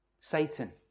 Satan